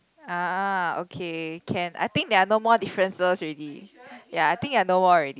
ah okay can I think there are no more differences already ya I think ya no more already